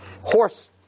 horse